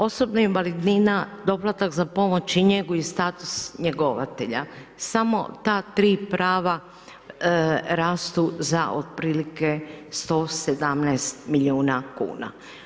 Osobna invalidnina, doplatak za pomoć i njegu i status njegovatelja, samo ta tri prava rastu za otprilike 117 milijuna kuna.